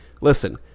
Listen